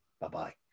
Bye-bye